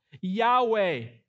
Yahweh